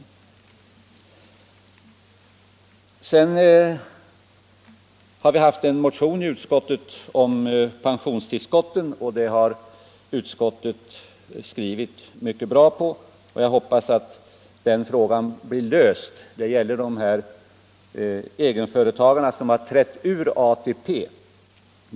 Utskottet har vidare haft att behandla en motion om pensionstillskotten, och om den har utskottet skrivit mycket bra. Motionen gäller egenföretagarna som har trätt ur ATP.